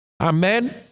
Amen